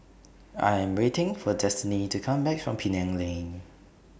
I Am waiting For Destany to Come Back from Penang Lane